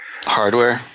Hardware